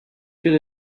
feel